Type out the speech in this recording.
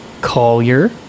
Collier